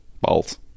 Balls